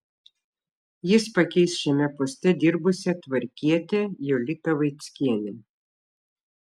jis pakeis šiame poste dirbusią tvarkietę jolitą vaickienę